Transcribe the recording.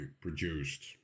produced